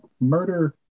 murder